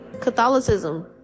Catholicism